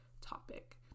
topic